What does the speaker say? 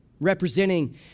representing